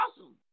awesome